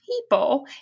people